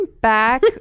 back